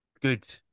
good